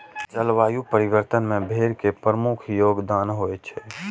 जलवायु परिवर्तन मे भेड़ के प्रमुख योगदान होइ छै